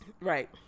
Right